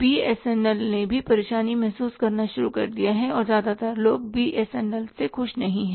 BSNL ने भी परेशानी महसूस करना शुरू कर दिया और ज्यादातर लोग बीएसएनएल से खुश नहीं हैं